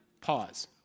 Pause